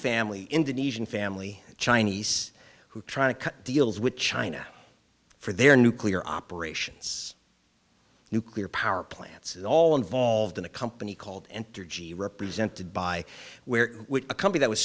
family indonesian family chinese who try to cut deals with china for their nuclear operations nuclear power plants all involved in a company called entergy represented by where a company that was